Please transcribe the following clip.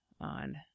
on